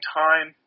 time